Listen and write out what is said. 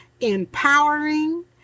empowering